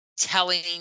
telling